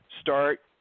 start